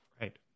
Right